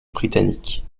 britannique